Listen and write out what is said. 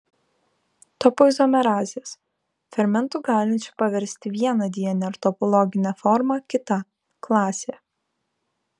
topoizomerazės fermentų galinčių paversti vieną dnr topologinę formą kita klasė